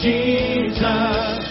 Jesus